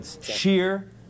sheer